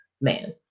man